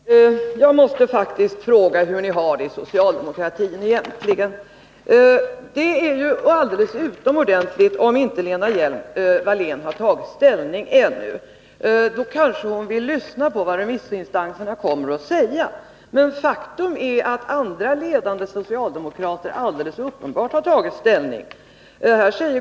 Herr talman! Jag måste faktiskt fråga Lena Hjelm-Wallén hur ni egentligen har det inom socialdemokratin. Det är alldeles utomordentligt om Lena Hjelm-Wallén inte har tagit ställning ännu; då kanske hon vill lyssna på vad remissinstanserna kommer att säga. Men faktum är att andra ledande socialdemokrater helt uppenbart har tagit ställning.